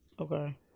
Okay